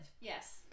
Yes